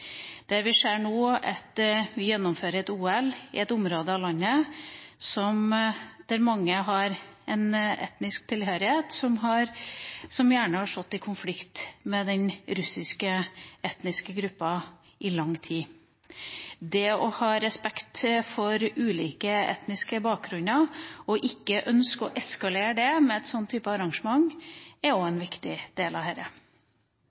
Vi ser nå at de gjennomfører OL i et område av landet der mange har en etnisk tilhørighet som har stått i konflikt med den etnisk russiske gruppa i lang tid. Det å ha respekt for ulike etniske bakgrunner og ikke ønske å eskalere konflikter med et sånt arrangement er òg en viktig del av